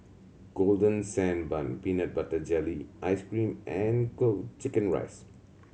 Golden Sand Bun peanut butter jelly ice cream and chicken rice